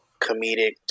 comedic